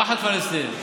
ראחת פלסטין.